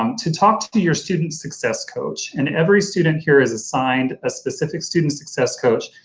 um to talk to to your student success coach. and every student here is assigned a specific student success coach.